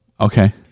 Okay